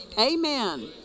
amen